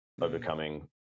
overcoming